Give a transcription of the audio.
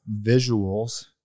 visuals